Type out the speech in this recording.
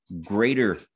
greater